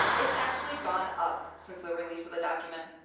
it's actually gone up since the release of the document.